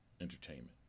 entertainment